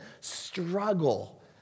struggle